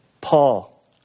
paul